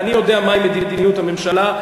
אני יודע מהי מדיניות הממשלה,